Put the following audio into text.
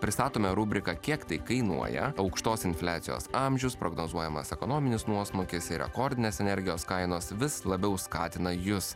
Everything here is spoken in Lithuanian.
pristatome rubriką kiek tai kainuoja aukštos infliacijos amžius prognozuojamas ekonominis nuosmukis ir rekordinės energijos kainos vis labiau skatina jus